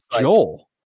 Joel